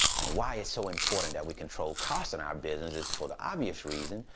and why it's so important that we control costs in our business is for the obvious reason,